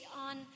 on